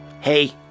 Hey